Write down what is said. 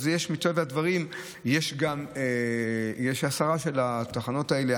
אז מטבע הדברים יש גם הסרה של התחנות האלה,